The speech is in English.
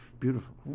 beautiful